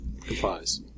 complies